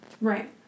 Right